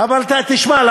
אבל תשמע,